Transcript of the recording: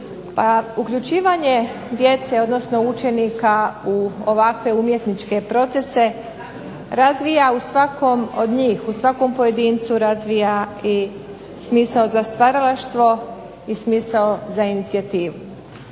uključivanje djece, odnosno učenika u ovakve umjetničke procese razvija u svakom od njih, u svakom pojedincu razvija i smisao za stvaralaštvo i smisao za inicijativu.